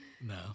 No